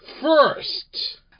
First